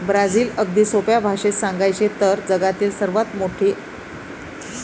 Brazil, अगदी सोप्या भाषेत सांगायचे तर, जगातील सर्वात मोठा कॉफी उत्पादक देश आहे